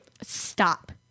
stop